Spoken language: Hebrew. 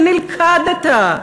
שנלכדת,